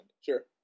sure